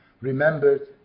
remembered